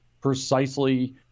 precisely